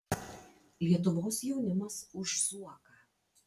lietuvos jaunimas už zuoką